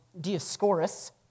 Dioscorus